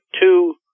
two